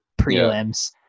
prelims